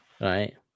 Right